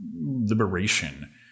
liberation